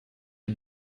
les